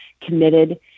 committed